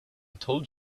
told